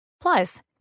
Plus